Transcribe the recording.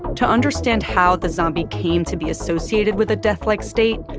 to understand how the zombie came to be associated with a death-like state,